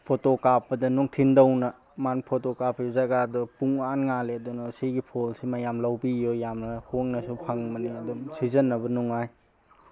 photo ꯀꯥꯞꯄꯗ ꯅꯨꯡꯊꯤꯟꯇꯧꯅ ꯃꯥꯅ ꯐꯣꯇꯣ ꯀꯥꯞꯄꯒꯤ ꯖꯒꯥꯗꯣ ꯄꯨꯡꯉꯥꯟ ꯉꯥꯜꯂꯦ ꯑꯗꯨꯅ ꯁꯤꯒꯤ ꯐꯣꯟꯁꯦ ꯃꯌꯥꯝ ꯂꯧꯕꯤꯌꯨ ꯌꯥꯝꯅ ꯍꯣꯡꯅꯁꯨ ꯐꯪꯕꯅꯤ ꯑꯗꯨꯝ ꯁꯤꯖꯤꯟꯅꯕ ꯅꯨꯡꯉꯥꯏ